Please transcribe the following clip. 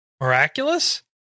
miraculous